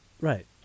right